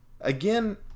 Again